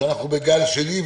שאנחנו בגל שני,